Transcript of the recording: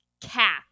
cat